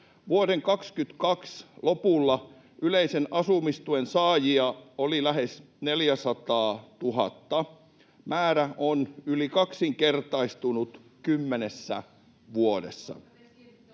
Vuoden 22 lopulla yleisen asumistuen saajia oli lähes 400 000. Määrä on yli kaksinkertaistunut kymmenessä vuodessa. [Li